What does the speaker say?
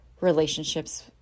relationships